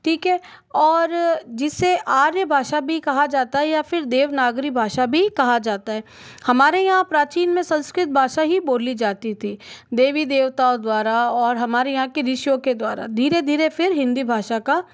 ठीक है और जिसे आर्य भाषा भी कहा जाता है या फिर देवनागरी भाषा भी कहा जाता है हमारे यहाँ प्राचीन में संस्कृत भाषा ही बोली जाती थी देवी देवता द्वारा और हमारे यहाँ के ऋषियों के द्वारा धीरे धीरे फिर हिन्दी भाषा का